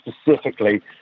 specifically